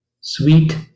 sweet